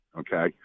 okay